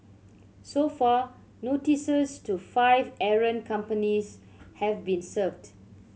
so far notices to five errant companies have been served